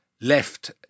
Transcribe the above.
left